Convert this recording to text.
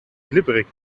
glibberig